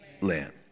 Land